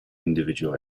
individual